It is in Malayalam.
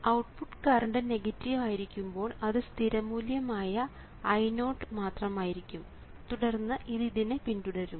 ഔട്ട്പുട്ട് കറണ്ട് നെഗറ്റീവ് ആയിരിക്കുമ്പോൾ അത് സ്ഥിര മൂല്യം ആയ I0 മാത്രമായിരിക്കും തുടർന്ന് ഇത് ഇതിനെ പിന്തുടരും